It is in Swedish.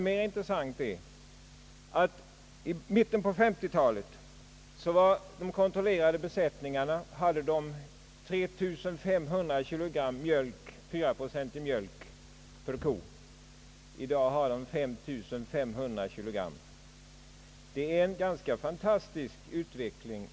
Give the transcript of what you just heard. Mer intressant är att produktionen från de kontrollerade besättningarna i mitten av 1950-talet var 3 500 kilo fyraprocentig mjölk per ko. I dag är den 5 500 kilo. Det är en ganska fantastisk utveckling.